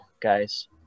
guys